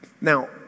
Now